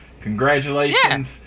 congratulations